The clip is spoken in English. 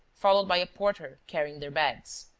followed by a porter carrying their bags.